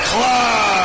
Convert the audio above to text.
Club